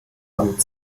amt